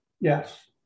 Yes